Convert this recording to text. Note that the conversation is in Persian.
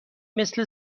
مثل